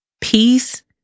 peace